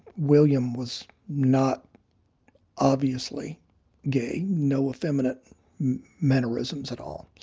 william was not obviously gay, no effeminate mannerisms at all.